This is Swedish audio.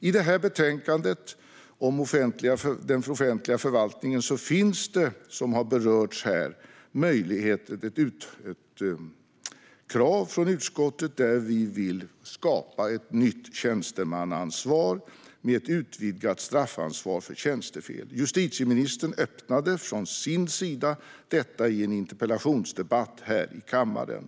I det här betänkandet om den offentliga förvaltningen finns det, som har berörts här, ett krav från utskottet om att skapa ett nytt tjänstemannaansvar med ett utvidgat straffansvar för tjänstefel. Justitieministern öppnade från sin sida för detta i en interpellationsdebatt här i kammaren.